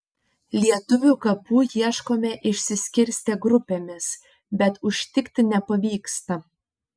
lietuvių kapų ieškome išsiskirstę grupėmis bet užtikti nepavyksta